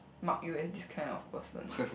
mark you as this kind of person